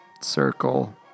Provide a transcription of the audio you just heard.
circle